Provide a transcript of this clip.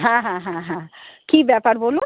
হ্যাঁ হ্যাঁ হ্যাঁ হ্যাঁ কী ব্যাপার বলুন